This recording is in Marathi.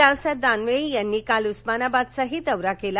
रावसाहेब दानवे यांनी काल उस्मानाबादचाही दौरा केला